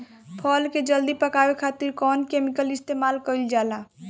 फल के जल्दी पकावे खातिर कौन केमिकल इस्तेमाल कईल जाला?